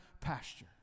pasture